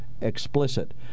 explicit